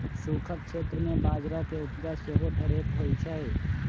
सूखक क्षेत्र में बजरा के उपजा सेहो ढेरेक होइ छइ